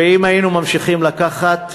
ואם היינו ממשיכים לקחת,